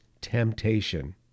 temptation